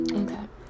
okay